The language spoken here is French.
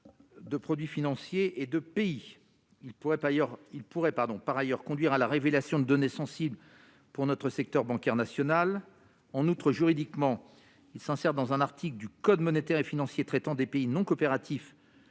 il pourrait, par ailleurs, il pourrait, pardon, par ailleurs, conduire à la révélation données sensibles pour notre secteur bancaire national en outre juridiquement il s'insère dans un article du Code monétaire et financier traitant des pays non coopératifs